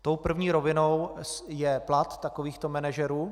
Tou první rovinou je plat takovýchto manažerů.